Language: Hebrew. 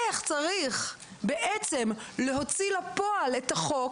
איך צריך בעצם להוציא לפועל את החוק,